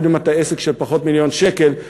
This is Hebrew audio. אפילו אם אתה עסק של פחות ממיליון שקל,